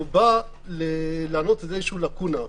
ובאה להעלות לקונה.